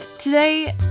Today